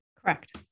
Correct